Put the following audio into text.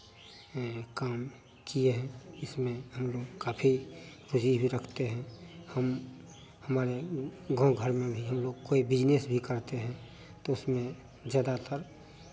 हम ये काम किए हैं इसमें हम लोग काफ़ी फ्री भी रखते हैं हम हमारे गाँव घर में भी हम लोग कोई बिज़नेस भी करते हैं तो उसमें ज़्यादातर